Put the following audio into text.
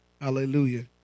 Hallelujah